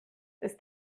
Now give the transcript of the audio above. ist